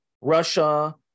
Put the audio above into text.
russia